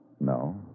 No